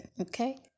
Okay